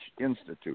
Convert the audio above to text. Institute